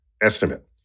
estimate